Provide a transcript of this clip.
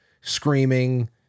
screaming